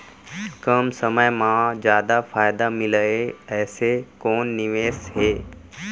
कम समय मा जादा फायदा मिलए ऐसे कोन निवेश हे?